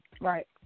Right